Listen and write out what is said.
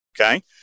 Okay